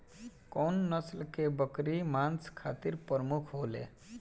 कउन नस्ल के बकरी मांस खातिर प्रमुख होले?